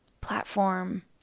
platform